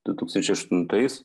du tūkstančiai aštuntais